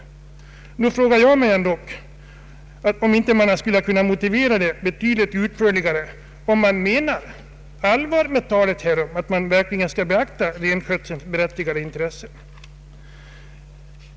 Jag frågar mig om man inte kunnat motivera detta betydligt utförligare om man verkligen menar allvar med talet om att beakta renskötselns berättigade intressen.